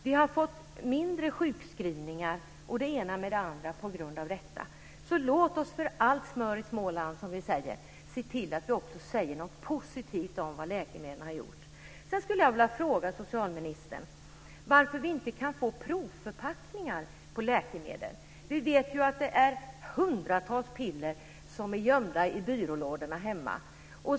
Vi har fått färre sjukskrivningar och det ena med det andra på grund av detta, så låt oss för allt smör i Småland, som man säger, se till att vi också säger något positivt om vad läkemedlen har gjort. Sedan skulle jag vilja fråga socialministern varför vi inte kan få provförpackningar på läkemedel. Vi vet ju att hundratals piller är gömda i byrålådorna hemma.